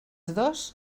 dos